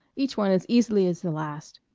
each one as easily as the last.